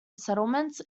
settlements